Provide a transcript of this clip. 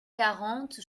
quarante